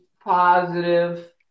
positive